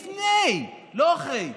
לפני, לא אחרי,